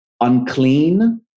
unclean